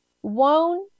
One